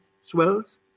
swells